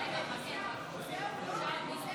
אינה נוכחת